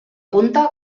punta